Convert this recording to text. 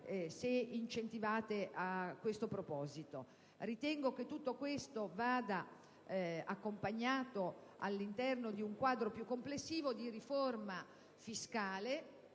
se incentivate a tal fine. Ritengo che tutto questo vada accompagnato all'interno di un quadro più complessivo di riforma fiscale